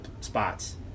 spots